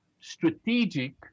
Strategic